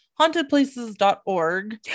hauntedplaces.org